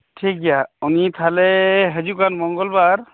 ᱴᱷᱤᱠ ᱜᱮᱭᱟ ᱩᱱᱤ ᱛᱟᱦᱞᱮ ᱦᱤᱡᱩᱜ ᱠᱟᱱ ᱢᱚᱝᱜᱚᱞᱵᱟᱨ